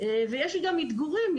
ויש גם אתגורים.